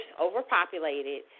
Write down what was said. overpopulated